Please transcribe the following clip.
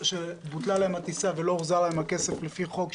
שבוטלה להם הטיסה ולא הוחזר להם הכסף לפי החוק,